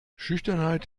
schüchternheit